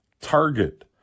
Target